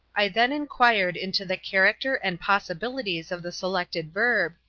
i then inquired into the character and possibilities of the selected verb,